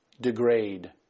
degrade